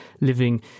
living